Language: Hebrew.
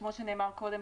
כמו שנאמר קודם,